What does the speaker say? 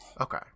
Okay